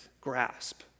grasp